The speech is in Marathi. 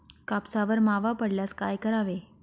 कापसावर मावा पडल्यास काय करावे?